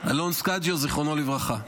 אלון סקאג'יו, זיכרונו לברכה.